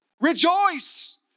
Rejoice